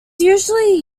usually